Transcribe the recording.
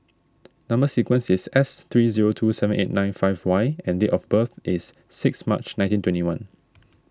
Number Sequence is S three zero two seven eight nine five Y and date of birth is six March nineteen twenty one